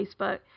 Facebook